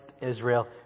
Israel